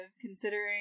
considering